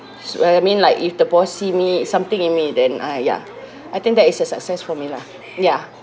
so what I mean like if the boss see me something in me then ah ya I think that is a success for me lah ya